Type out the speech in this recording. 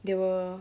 they were